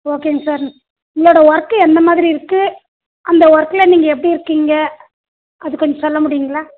ஓகேங்க சார் உங்களோட ஒர்க் எந்தமாதிரி இருக்குது அந்த ஒர்க்கில் நீங்கள் எப்படி இருக்கிங்க அது கொஞ்சம் சொல்ல முடியுங்களா